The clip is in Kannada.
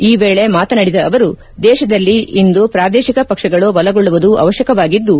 ಈ ವೇಳೆ ಮಾತನಾಡಿದ ಅವರು ದೇಶದಲ್ಲಿ ಇಂದು ಪೂದೇಶಿಕ ಪಕ್ಷಗಳು ಬಲಗೊಳ್ಳುವುದು ಅವಶ್ವಕವಾಗಿದ್ದು